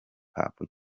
hop